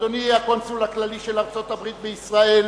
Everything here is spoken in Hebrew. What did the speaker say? אדוני הקונסול הכללי של ארצות-הברית בישראל,